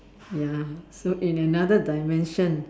ya so in another dimension